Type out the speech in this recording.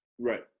Right